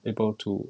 able to